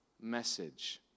message